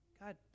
God